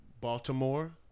Baltimore